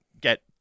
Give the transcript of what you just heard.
get